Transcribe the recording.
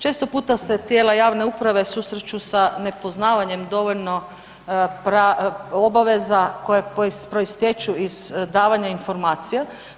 Često puta se tijela javne uprave susreću sa nepoznavanjem dovoljno obaveza koje proistječu iz davanja informacija.